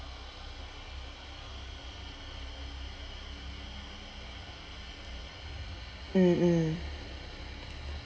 mm mm